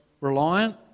reliant